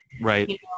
Right